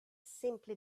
simply